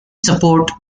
support